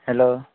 hello